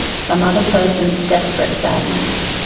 some other person's desperate sadness.